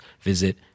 visit